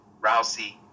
Rousey